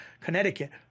Connecticut